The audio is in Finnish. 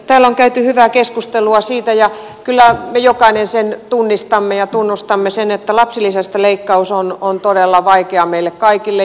täällä on käyty hyvää keskustelua ja kyllä meistä jokainen tunnistaa ja tunnustaa sen että lapsilisästä leikkaus on todella vaikea meille kaikille